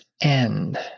end